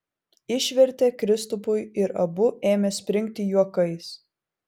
išvertė kristupui ir abu ėmė springti juokais